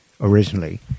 originally